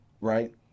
right